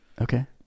Okay